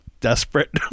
desperate